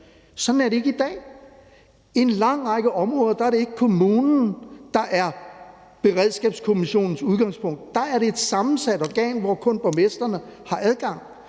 Sådan er det ikke i dag. På en lang række områder er det ikke kommunen, der er beredskabskommissionens udgangspunkt. Der er det et sammensat organ, hvor kun borgmestrene har adgang,